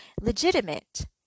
legitimate